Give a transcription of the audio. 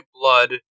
blood